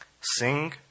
sing